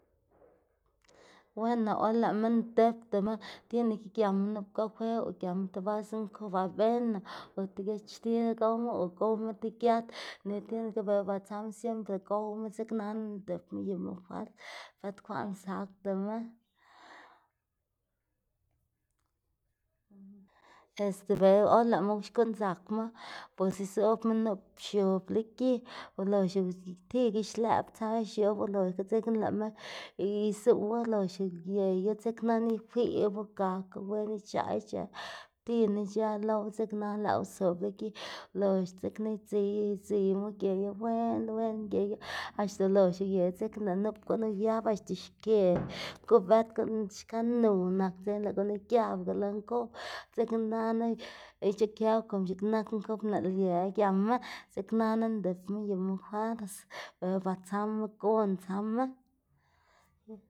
weno or lëꞌma ndipdama tiene que giama nup gafe o giama ti bas nkob avena o ti giachtil gowma o gowma ti giat tiene que dela ba tsama siempre gowma dzeknana ndipma yuma fuers bët kwaꞌn sakdama este be or lëꞌma xkuꞌn dzakma pues izobma nup x̱ob lo gi ulox tiba xlëꞌb tsa x̱ob uloxga dzekna lëꞌma izuwa ulox uyeyu dzeknana ikwiꞌybu gaku wen wen ic̲h̲aꞌ ic̲h̲ë ptin ic̲h̲ë lowa dzeknana lëꞌwu zob lo gi lox dzekna idziy idziymu geyu wen wen geyu axta ulox uyeu dzekna lëꞌ nup guꞌn uyab axta x̱an xkë kubët guꞌn xka nuw nak dzekna lëꞌ gunu giabga lo nkob dzeknana ic̲h̲ikëwu como x̱iꞌk nak nkob nëꞌl yë giama dzeknana ndipma yuma fuers dela ba tsama gon tsama ya.